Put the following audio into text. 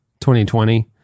2020